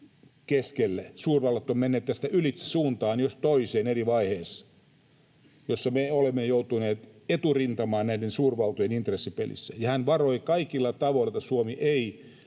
Suurvallat ovat menneet tästä ylitse suuntaan jos toiseen eri vaiheissa, joissa me olemme joutuneet eturintamaan näiden suurvaltojen intressipelissä, ja hän varoi kaikilla tavoilla, että Suomi ei